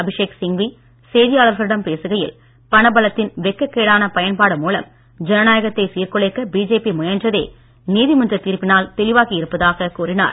அபிஷேக் சிங்வி செய்தியாளர்களிடம் பேசுகையில் பண பலத்தின் வெட்கக்கேடான பயன்பாடு மூலம் ஜனநாயகத்தை சீர்குலைக்க பிஜேபி முயன்றதே நீதிமன்றத் தீர்ப்பினால் தெளிவாகி இருப்பதாக கூறினார்